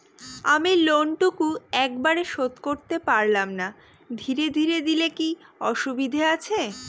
আমি লোনটুকু একবারে শোধ করতে পেলাম না ধীরে ধীরে দিলে কি অসুবিধে আছে?